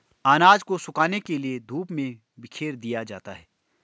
अनाज को सुखाने के लिए धूप में बिखेर दिया जाता है